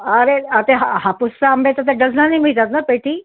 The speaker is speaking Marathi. अरे ते हा हापूसचा आंबे तर ते डझनानी मिळतात ना पेटी